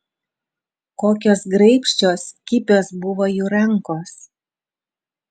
kokios graibščios kibios buvo jų rankos